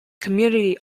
community